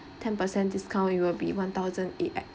ten percent discount it will be one thousand eight